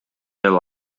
аял